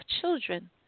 children